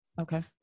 Okay